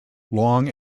long